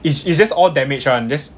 it's it's just all damage [one] just